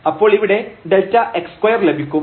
അപ്പോൾ ഇവിടെ Δx2 ലഭിക്കും